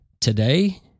today